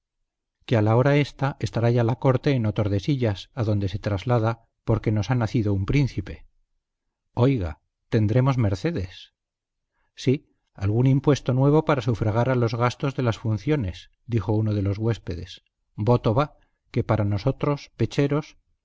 que a la hora ésta estará ya la corte en otordesillas adonde se traslada porque nos ha nacido un príncipe oiga tendremos mercedes sí algún impuesto nuevo para sufragar a los gastos de las funciones dijo uno de los huéspedes voto va que para nosotros pecheros